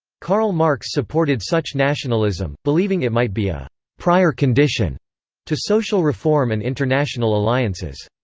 karl marx supported such nationalism, believing it might be a prior condition to social reform and international alliances.